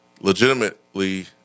legitimately